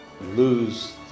lose